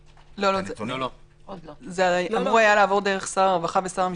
זה אמור היה לעבור דרך שר הרווחה ושר המשפטים,